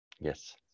Yes